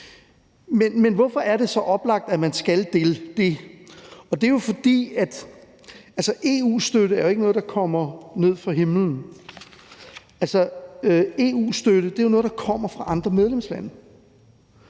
Men hvorfor er det så oplagt, at man skal have den? Det er jo, fordi EU-støtte ikke er noget, der kommer ned fra himlen. EU-støtte er jo noget, der kommer fra andre medlemslande,